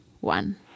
one